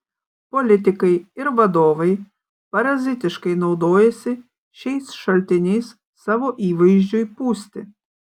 politikai ir vadovai parazitiškai naudojasi šiais šaltiniais savo įvaizdžiui pūsti